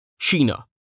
Sheena